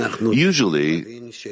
Usually